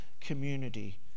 community